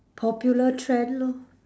popular trend lor